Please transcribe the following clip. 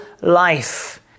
life